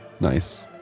Nice